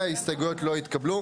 ההסתייגויות 14-18 לא התקבלו.